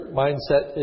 mindset